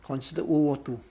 considered world war two